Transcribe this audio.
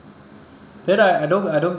no no I don't I don't